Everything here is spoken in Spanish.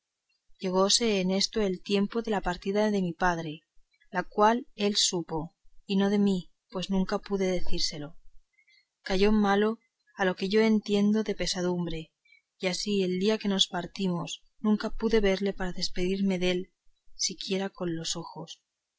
llegóse en esto el tiempo de la partida de mi padre la cual él supo y no de mí pues nunca pude decírselo cayó malo a lo que yo entiendo de pesadumbre y así el día que nos partimos nunca pude verle para despedirme dél siquiera con los ojos